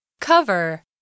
Cover